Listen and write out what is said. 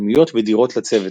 פנימיות ודירות לצוות.